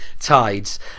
Tides